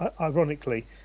ironically